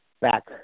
back